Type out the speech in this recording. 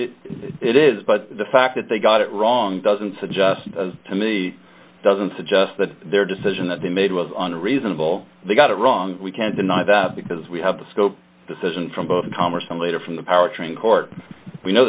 s it is but the fact that they got it wrong doesn't suggest to me doesn't suggest that their decision that they made was on reasonable they got it wrong we can't deny that because we have the scope decision from both commerce and later from the power train court we know